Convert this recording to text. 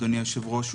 אדוני היושב-ראש,